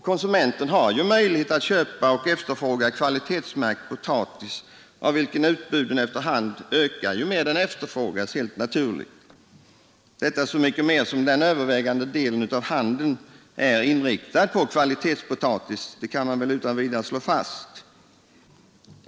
Konsumenten har ju möjlighet att efterfråga och köpa kvalitetsmärkt potatis, av vilken utbudet efter hand ökar ju mer den efterfrågas — detta så mycket mer som den övervägande delen av handeln är inriktad på kvalitetspotatis. Det kan man utan vidare slå fast.